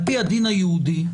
על פי הדין היהודי,